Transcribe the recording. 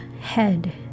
head